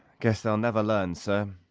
guess they'll never learn, sir,